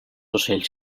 ocells